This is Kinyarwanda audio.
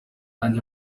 yanjye